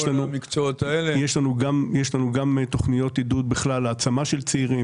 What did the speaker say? יש לנו גם תוכניות עידוד בכלל להעצמה של צעירים,